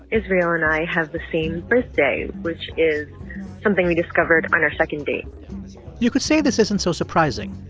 israel, and i have the same birthday, which is something we discovered on our second date you could say this isn't so surprising.